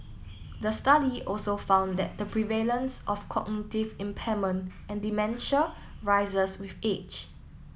the study also found that the prevalence of cognitive impairment and dementia rises with age